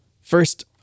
First